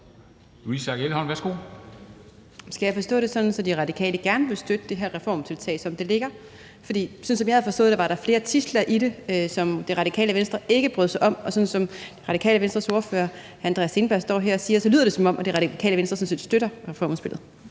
Louise Schack Elholm (V): Skal jeg forstå det sådan, at De Radikale gerne vil støtte det her reformtiltag, som det ligger? For sådan som jeg havde forstået det, var der flere tidsler i det, som Det Radikale Venstre ikke brød sig om. Og sådan som Radikale Venstres ordfører, hr. Andreas Steenberg, står her og siger, lyder det, som om Det Radikale Venstre sådan set støtter reformudspillet.